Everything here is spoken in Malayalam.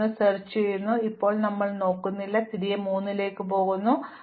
അതിനാൽ ഇപ്പോൾ നമ്മൾ നോക്കുകയല്ല മറ്റ് കുറവുകൾ 3 ലേക്ക് പോകുകയും ചെയ്യും